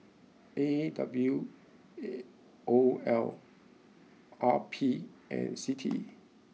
A W O L R P and C T E